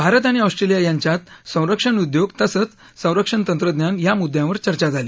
भारत आणि ऑस्ट्रेलिया यांच्यात संरक्षण उद्योग तसंच संरक्षण तंत्रज्ञान या मुद्यांवर चर्चा झाली